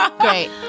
Great